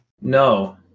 no